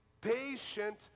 patient